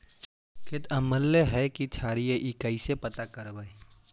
खेत अमलिए है कि क्षारिए इ कैसे पता करबै?